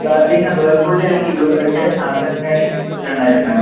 starting വേൾപൂളിൻ്റെ ആണെങ്കിൽ ഇരുപത്തിയെട്ട് സാംസങ്ങിൻ്റെ ആണെങ്കിൽ മുപ്പത്തിരണ്ടായിരം വേണം